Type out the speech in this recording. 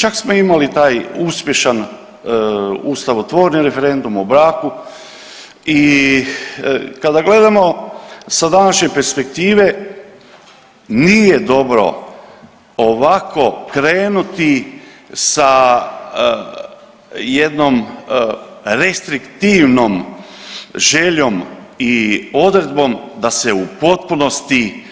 Čak smo imali taj uspješan ustavotvorni referendum o braku i kada gledamo sa današnje perspektive nije dobro ovako krenuti sa jednom restriktivnom željom i odredbom da se u potpunosti